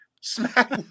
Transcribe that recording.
smack